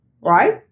right